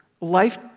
life